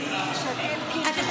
שלי, של אלקין, של פורר, הצבעתם נגד.